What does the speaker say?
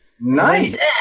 Nice